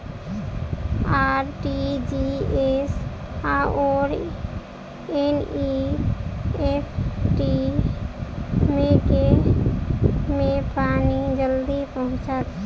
RTGS आओर NEFT मे केँ मे पानि जल्दी पहुँचत